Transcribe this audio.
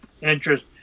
interest